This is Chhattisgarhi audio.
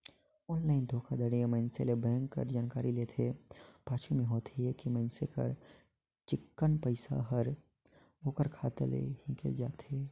ऑनलाईन धोखाघड़ी में मइनसे ले बेंक कर जानकारी लेथे, पाछू में होथे ए कि मइनसे कर चिक्कन पइसा हर ओकर खाता ले हिंकेल जाथे